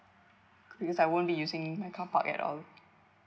because I won't be using my carpark at all